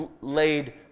laid